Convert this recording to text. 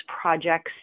projects